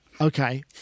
Okay